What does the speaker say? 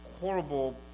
horrible